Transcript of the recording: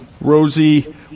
Rosie